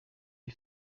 iyo